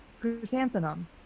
chrysanthemum